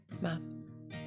Mom